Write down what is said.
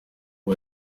you